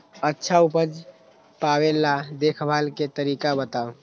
अच्छा उपज पावेला देखभाल के तरीका बताऊ?